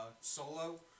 Solo